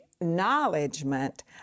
acknowledgement